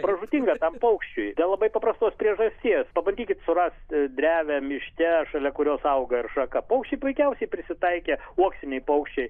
pražūtinga tam paukščiui dėl labai paprastos priežasties pabandykit surasti drevę miške šalia kurios auga ir atšaka paukščiai puikiausiai prisitaikė uoksiniai paukščiai